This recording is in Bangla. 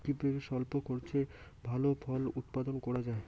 কিভাবে স্বল্প খরচে ভালো ফল উৎপাদন করা যায়?